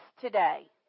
today